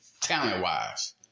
talent-wise